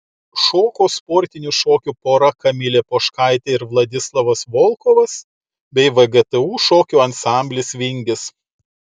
šoko sportinių šokių pora kamilė poškaitė ir vladislavas volkovas bei vgtu šokių ansamblis vingis